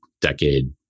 decade